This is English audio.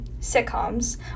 sitcoms